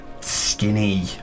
skinny